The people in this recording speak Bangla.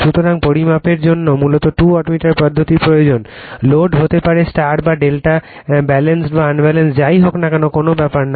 সুতরাং পরিমাপের জন্য মূলত টু ওয়াটমিটার পদ্ধতির প্রয়োজন লোড হতে পারে বা ∆ ব্যালেন্সড বা আনব্যলান্সড যাই হোক না কেনো কোন ব্যাপার না